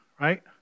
right